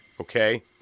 Okay